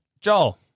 Joel